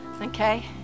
okay